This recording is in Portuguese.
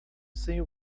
sem